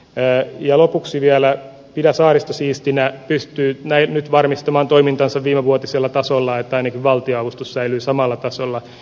jää ja lopuksi vielä pidä saaristo siistinä pystyy näin nyt varmistamaan toimintansa viime vuotisella tasolla että ne valtionavustus säilyy samalla tasolla